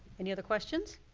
any other questions?